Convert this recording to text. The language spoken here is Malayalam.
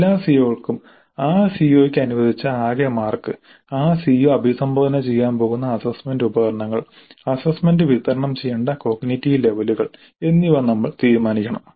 എല്ലാ സിഒകൾക്കും ആ സിഒക്ക് അനുവദിച്ച ആകെ മാർക്ക് ആ സിഒ അഭിസംബോധന ചെയ്യാൻ പോകുന്ന അസ്സസ്സ്മെന്റ് ഉപകരണങ്ങൾ അസ്സസ്സ്മെന്റ് വിതരണം ചെയ്യേണ്ട കോഗ്നിറ്റീവ് ലെവലുകൾ എന്നിവ നമ്മൾ തീരുമാനിക്കണം